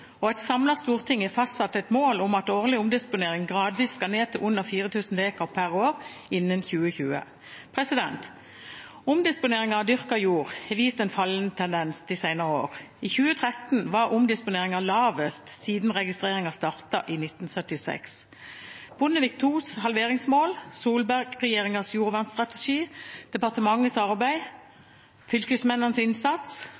og et samlet storting har fastsatt et mål om at årlig omdisponering gradvis skal ned til under 4 000 dekar per år innen 2020. Omdisponeringen av dyrket jord har vist en fallende tendens de senere år. I 2013 var omdisponeringen den laveste siden registreringen startet i 1976. Bondevik II-regjeringens halveringsmål, Solberg-regjeringens jordvernstrategi, departementenes arbeid, fylkesmennenes innsats